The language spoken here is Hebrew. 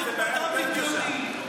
אתה עברת לספרות מדע בדיוני.